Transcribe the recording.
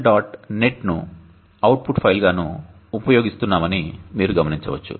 net ను output file గాను ఉపయోగిస్తున్నామని మీరు గమనించవచ్చు